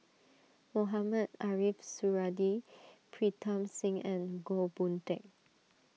Mohamed Ariff Suradi Pritam Singh and Goh Boon Teck